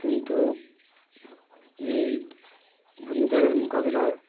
কিন্তু এই ঘূর্ণিঝড়ের মোকাবিলা